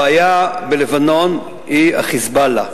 הבעיה בלבנון היא ה"חיזבאללה",